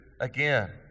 again